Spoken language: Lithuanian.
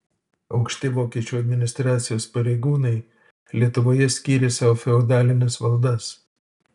aukšti vokiečių administracijos pareigūnai lietuvoje skyrė sau feodalines valdas